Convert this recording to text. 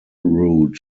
route